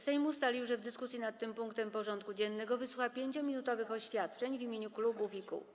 Sejm ustalił, że w dyskusji nad tym punktem porządku dziennego wysłucha 5-minutowych oświadczeń w imieniu klubów i kół.